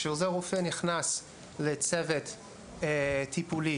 כשעוזר רופא נכנס לצוות טיפולי,